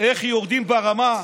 איך יורדים ברמה,